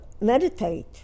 meditate